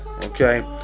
okay